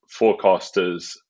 forecasters